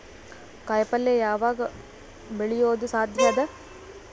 ಕಾಯಿಪಲ್ಯ ಯಾವಗ್ ಬೆಳಿಯೋದು ಸಾಧ್ಯ ಅದ?